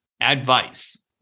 advice